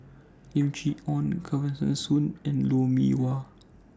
Lim Chee Onn Kesavan Soon and Lou Mee Wah